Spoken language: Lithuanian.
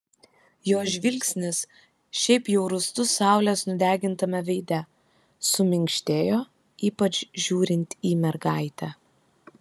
jo žvilgsnis šiaip jau rūstus saulės nudegintame veide suminkštėjo ypač žiūrint į mergaitę